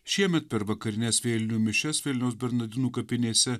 šiemet per vakarines vėlinių mišias vilniaus bernardinų kapinėse